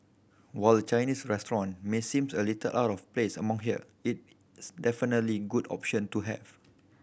while a Chinese restaurant may seems a little out of place among here it it's definitely good option to have